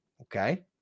Okay